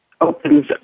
opens